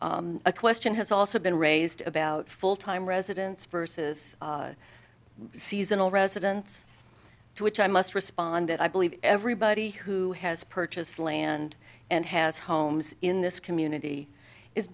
a question has also been raised about full time residents versus seasonal residents to which i must respond that i believe everybody who has purchased land and has homes in this community is